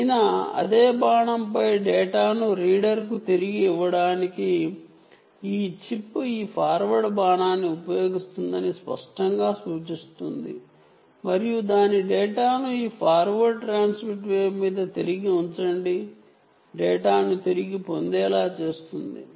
అయిన అదే బాణంపై డేటాను రీడర్ కు తిరిగి ఇవ్వడానికి ఈ చిప్ ఈ ఫార్వర్డ్ బాణాన్ని ఉపయోగిస్తుందని స్పష్టంగా సూచిస్తుంది మరియు దాని డేటాను ఈ ఫార్వర్డ్ ట్రాన్స్మిట్ వేవ్ తిరిగి పొందేలా చేస్తోంది అంటే ఇది ఇప్పుడు డేటా ను బ్యాక్స్కాటర్ చేస్తోంది